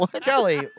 Kelly